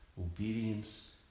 Obedience